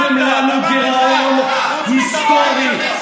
הותרתם לנו גירעון היסטורי.